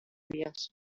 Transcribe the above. vías